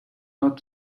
not